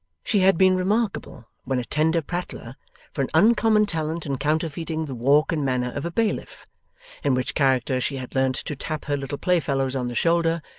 she had been remarkable, when a tender prattler for an uncommon talent in counterfeiting the walk and manner of a bailiff in which character she had learned to tap her little playfellows on the shoulder,